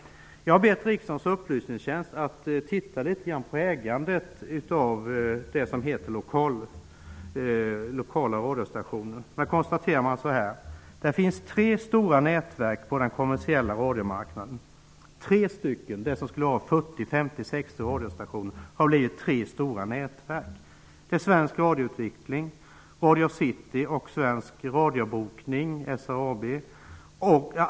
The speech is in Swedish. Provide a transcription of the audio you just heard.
Jag har bett riksdagens utredningstjänst att titta litet grand på ägarna till det som heter lokala radiostationer. Man konstaterar att det på den kommersiella radiomarknaden finns tre stora nätverk. Av det som skulle ha blivit 40, 50 eller 60 radiostationer har det blivit tre stora nätverk. Det är Svensk Radioutveckling, Radio City och Svensk Radiobokning.